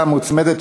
(שבתון ביום הבחירות הכלליות),